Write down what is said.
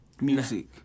Music